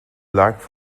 luck